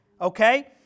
Okay